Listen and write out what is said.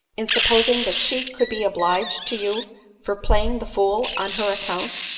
in supposing that she could be obliged to you for playing the fool on her account?